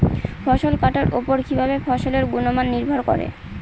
ফসল কাটার উপর কিভাবে ফসলের গুণমান নির্ভর করে?